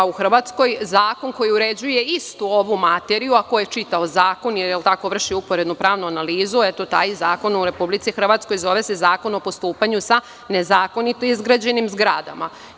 U Hrvatskoj zakon koji uređuje istu ovu materiju, a ko je čitao zakon i vršio uporedno-pravnu analizu, taj se zakon zove Zakon o postupanju sa nezakonito izgrađenim zgradama.